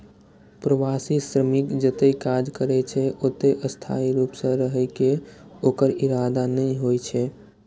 प्रवासी श्रमिक जतय काज करै छै, ओतय स्थायी रूप सं रहै के ओकर इरादा नै होइ छै